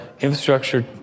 infrastructure